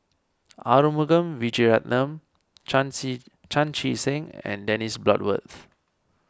Arumugam Vijiaratnam Chan Chee Seng and Dennis Bloodworth